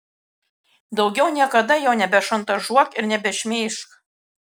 daugiau niekada jo nebešantažuok ir nebešmeižk